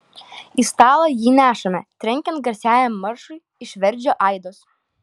į stalą jį nešame trenkiant garsiajam maršui iš verdžio aidos